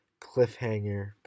cliffhanger